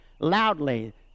loudly